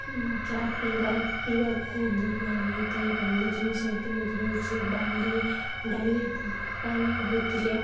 ଚା ପିଇବା ପିଇବାକୁ ବହୁତ ଭଲ ଲାଗିଥାଏୀୟ ଜିନିଷ ସେଥିମରେ ହେଉଚି ଡାଲି ଡାଲି ପାଣିୀୟ ହୋଇଥିଲେ